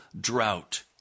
drought